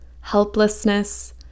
helplessness